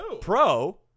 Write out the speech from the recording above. Pro